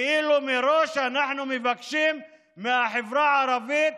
אנחנו כאילו מראש מבקשים מהחברה הערבית